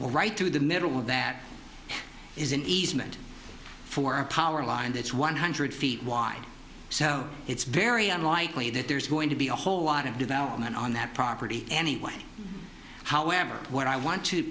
right through the middle of that is an easement for a power line and it's one hundred feet wide so it's very unlikely that there's going to be a whole lot of development on that property anyway however what i want to